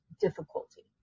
difficulty